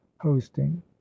hosting